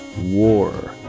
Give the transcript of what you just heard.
War